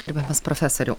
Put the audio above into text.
gerbiamas profesoriau